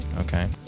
Okay